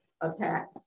attack